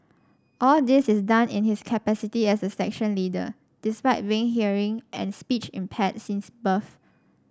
all this is done in his capacity as a section leader despite being hearing and speech impaired since birth